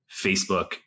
Facebook